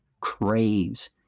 craves